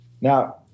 Now